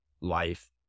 life